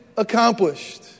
Accomplished